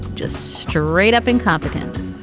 just straight-up incompetence.